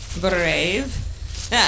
Brave